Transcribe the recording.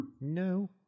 No